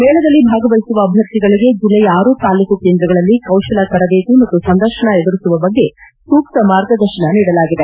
ಮೇಳದಲ್ಲಿ ಭಾಗವಹಿಸುವ ಅಭ್ಯರ್ಥಿಗಳಿಗೆ ಜಿಲ್ಲೆಯ ಆರೂ ತಾಲೂಕು ಕೇಂದ್ರಗಳಲ್ಲಿ ಕೌಶಲ ತರದೇತಿ ಮತ್ತು ಸಂದರ್ಶನ ಎದುರಿಸುವ ಬಗ್ಗೆ ಸೂಕ್ತ ಮಾರ್ಗದರ್ಶನ ನೀಡಲಾಗಿದೆ